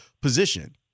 position